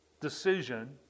decision